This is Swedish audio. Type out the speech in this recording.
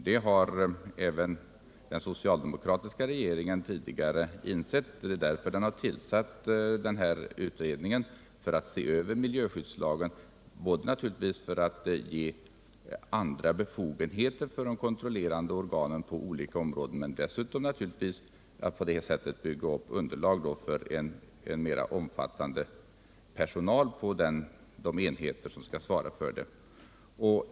Det har även den socialdemokratiska regeringen tidigare insett, och det är därför den har tillsatt den utredning som skall se över miljökontrollen — naturligtvis både för att ge de kontrollerande organen nya befogenheter på olika områden och för att bygga upp underlag för mera personal på de enheter som skall svara för arbetet.